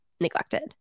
neglected